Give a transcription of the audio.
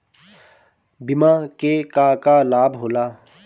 बिमा के का का लाभ होला?